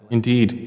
Indeed